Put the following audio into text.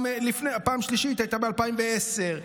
הפעם השלישית הייתה ב-2010,